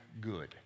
good